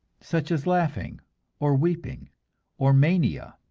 such as laughing or weeping or mania.